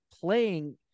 playing